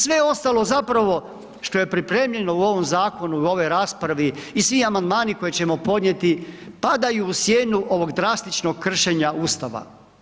Sve ostalo, zapravo što je pripremljeno u ovom zakonu, u ovoj raspravi i svi amandmani koje ćemo podnijeti, padaju u sjenu ovog drastičnog kršenja Ustava.